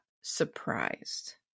surprised